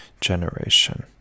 generation